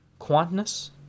Quantinus